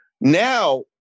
Now